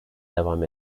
devam